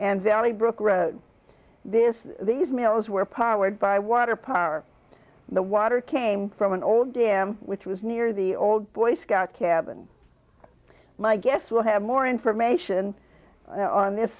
and valley brook read this these mails were powered by water power the water came from an old dam which was near the old boy scout cabin my guess we'll have more information on this